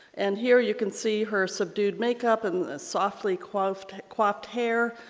and here you can see her subdued makeup and the softly quaffed quaffed hair,